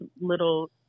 little